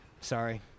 Sorry